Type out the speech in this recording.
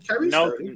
No